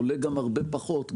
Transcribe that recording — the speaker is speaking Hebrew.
עולה גם הרבה פחות,